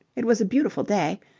it was a beautiful day,